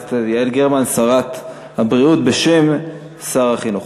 הכנסת יעל גרמן, שרת הבריאות, בשם שר החינוך.